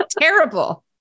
Terrible